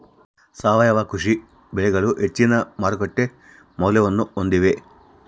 ಸಾವಯವ ಕೃಷಿ ಬೆಳೆಗಳು ಹೆಚ್ಚಿನ ಮಾರುಕಟ್ಟೆ ಮೌಲ್ಯವನ್ನ ಹೊಂದಿವೆ